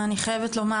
אני חייבת לומר,